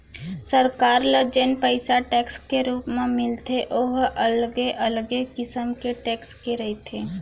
सरकार ल जेन पइसा टेक्स के रुप म मिलथे ओ ह अलगे अलगे किसम के टेक्स के रहिथे